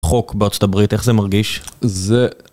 חוק בארה״ב איך זה מרגיש? זה...